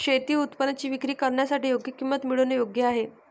शेती उत्पादनांची विक्री करण्यासाठी योग्य किंमत मिळवणे योग्य आहे